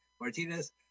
Martinez